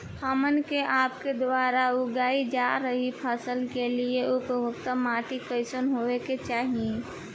हमन के आपके द्वारा उगाई जा रही फसल के लिए उपयुक्त माटी कईसन होय के चाहीं?